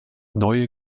neue